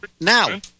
now